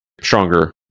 stronger